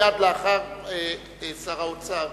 מייד לאחר שר האוצר.